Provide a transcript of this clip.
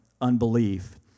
unbelief